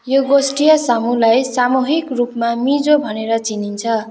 यो गोष्ठीय समूहलाई सामूहिक रूपमा मिजो भनेर चिनिन्छ